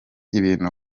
ibintu